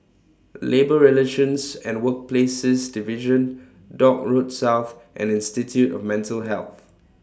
Labour Relations and Workplaces Division Dock Road South and Institute of Mental Health